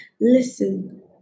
listen